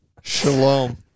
Shalom